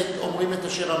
הכנסת אומרים את אשר אמרו,